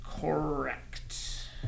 Correct